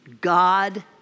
God